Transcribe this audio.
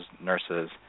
nurses